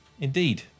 indeed